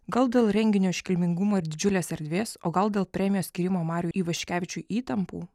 gal dėl renginio iškilmingumo ir didžiulės erdvės o gal dėl premijos skyrimo mariui ivaškevičiui įtampų